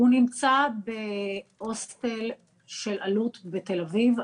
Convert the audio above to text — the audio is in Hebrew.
הוא נמצא בהוסטל של אלו"ט בתל אביב.